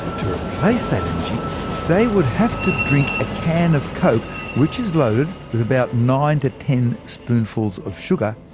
to replace that energy they would have to drink a can of coke, which is loaded with about nine to ten spoonfuls of sugar,